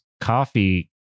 coffee